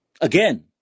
Again